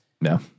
No